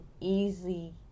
easy